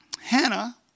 Hannah